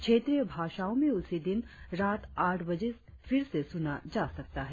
क्षेत्रीय भाषाओं में उसी दिन रात आठ बजे फिर से सुना जा सकता है